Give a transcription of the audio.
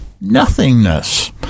nothingness